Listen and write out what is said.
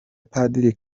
padiri